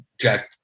Jack